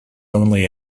only